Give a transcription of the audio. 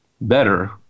better